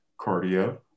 cardio